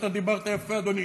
ואתה דיברת יפה, אדוני,